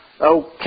Okay